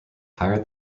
higher